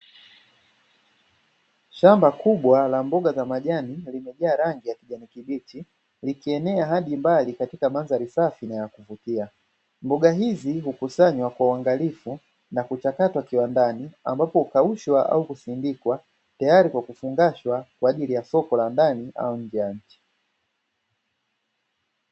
Shamba kubwa la mboga za majani limejaa rangi ya kijani kibichi, likienea hadi mbali katika mandhali safi na ya kuvutia, Mboga hizi hukusanywa kwa uangalifu na kuchakatwa kiwandani ambapo hukaushwa au kusindikwa tayari kwa kufungwashwa kwaajili ya soko la ndani na nje ya nchi.